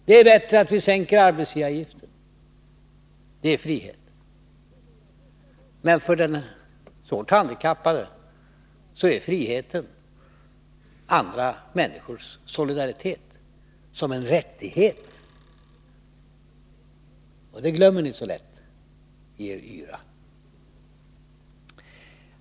Det är bättre att vi sänker arbetsgivaravgiften. Det är frihet. Men för den svårt handikappade betyder friheten andra människors solidaritet som en rättighet. Det glömmer ni dock så lätt i er yra.